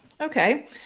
Okay